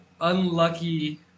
unlucky